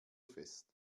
fest